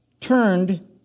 turned